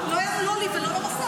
לא ולו לא היה לי מסך,